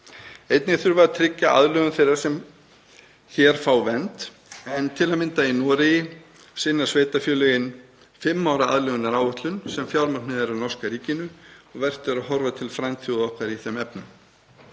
Einnig þurfum við að tryggja aðlögun þeirra sem hér fá vernd. Til að mynda í Noregi sinna sveitarfélögin fimm ára aðlögunaráætlun sem fjármögnuð er af norska ríkinu og vert er að horfa til frændþjóðar okkar í þeim efnum.